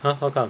ha how come